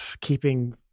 keeping